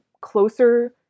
closer